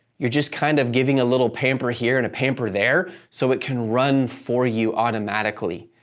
you're just kind of giving a little pamper here and a pamper there, so it can run for you automatically,